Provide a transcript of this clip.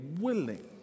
willing